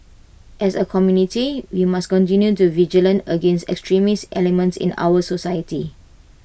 as A community we must continue to vigilant against extremist elements in our society